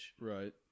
Right